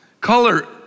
Color